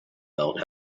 belt